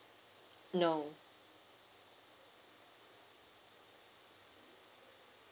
no